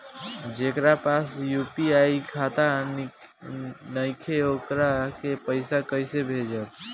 जेकरा पास यू.पी.आई खाता नाईखे वोकरा के पईसा कईसे भेजब?